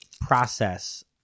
process